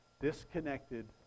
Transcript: disconnected